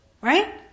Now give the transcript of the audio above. Right